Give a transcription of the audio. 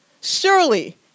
surely